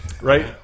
right